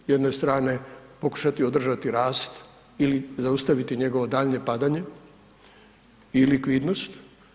S jedne strane pokušati održati rast ili zaustaviti njegovo daljnje padanje i likvidnost.